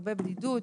הרבה בדידות,